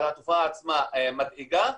אבל התופעה עצמה מדאיגה.